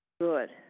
Good